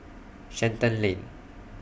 Shenton Lane